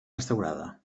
restaurada